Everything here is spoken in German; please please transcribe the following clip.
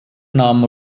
nahm